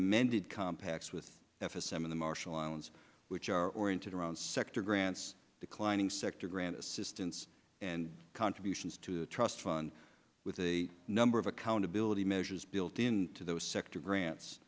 amended compact with s s m in the marshall islands which are oriented around sector grants declining sector grant assistance and contributions to the trust fund with a number of accountability measures built in to those sector grants